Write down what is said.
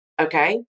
okay